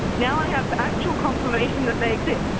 now i have actual confirmation that they exist.